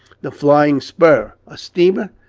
the flying spur a steamer?